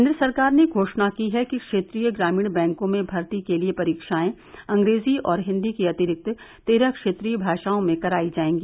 केन्द्र सरकार ने घोषणा की है कि क्षेत्रीय ग्रामीण बैंकों में भर्ती के लिए परीक्षाएं अंग्रेजी और हिन्दी के अतिरिक्त तेरह क्षेत्रीय भाषाओं में कराई जायेंगी